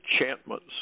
enchantments